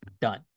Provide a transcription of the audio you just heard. Done